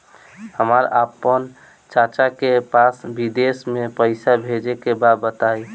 हमरा आपन चाचा के पास विदेश में पइसा भेजे के बा बताई